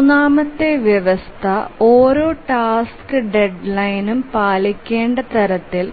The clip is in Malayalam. മൂന്നാമത്തെ വ്യവസ്ഥ ഓരോ ടാസ്ക് ഡെഡ്ലൈനും പാലിക്കേണ്ട തരത്തിൽ